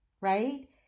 right